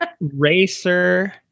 racer